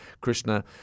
Krishna